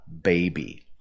baby